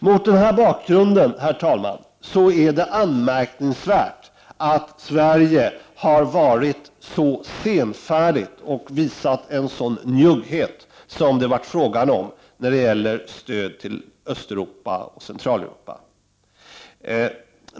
Mot denna bakgrund, herr talman, är det anmärkningsvärt att Sverige har varit så senfärdigt och visat en sådan njugghet när det gäller stöd till Östoch Centraleuropa.